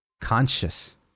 conscious